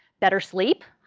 better sleep,